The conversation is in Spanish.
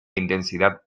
intensidad